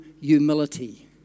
humility